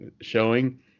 showing